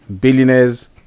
billionaires